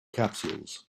capsules